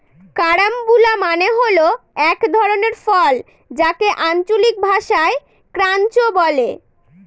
carambola মানে হল এক ধরনের ফল যাকে আঞ্চলিক ভাষায় ক্রাঞ্চ বলে